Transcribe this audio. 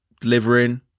delivering